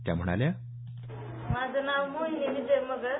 त्या म्हणाल्या माझं नाव मोहिनी विजय मगर